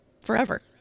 forever